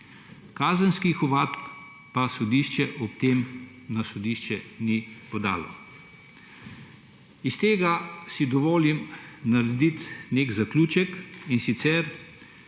Kazenskih ovadb pa sodišče ob tem na sodišče ni podalo.« Iz tega si dovolim narediti nek zaključek, in sicer